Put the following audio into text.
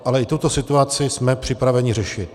Ale i tuto situaci jsme připraveni řešit.